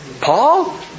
Paul